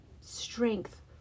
Strength